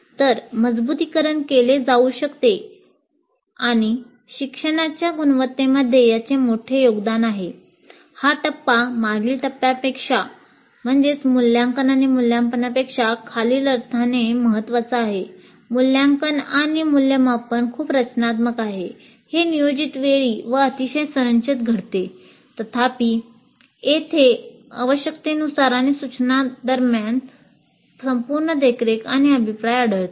तर मजबुतीकरण केले जाऊ शकते आणि शिक्षणाच्या गुणवत्तेमध्ये याचे मोठे योगदान आहे हा टप्पा मागील टप्प्यापेक्षा खालील अर्थाने महत्वाचा आहे मूल्यांकन आणि मूल्यांमापन खूप रचनात्मक आहे हे नियोजित वेळी व अतिशय संरचनेत घडते तथापि येथे आवश्यकतेनुसार आणि सूचना दरम्यान संपूर्ण देखरेख आणि अभिप्राय आढळतात